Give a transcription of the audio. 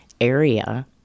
area